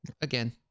again